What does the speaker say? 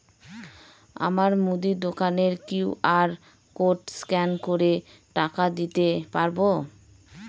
আমার মুদি দোকানের কিউ.আর কোড স্ক্যান করে টাকা দাম দিতে পারব?